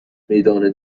میدان